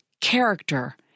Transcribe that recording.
character